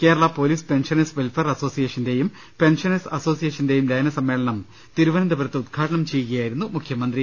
Kerala police pensioners welfare അസോസിയേഷന്റെയും pensioners അസോസിയേഷന്റെയും ലയനസമ്മേളനം തിരുവനന്തപൂരത്ത് ഉദ്ഘാടനം ചെയ്യു കയായിരുന്നു മുഖ്യമന്ത്രി